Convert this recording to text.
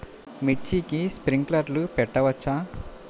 మిర్చికి స్ప్రింక్లర్లు పెట్టవచ్చా?